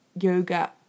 yoga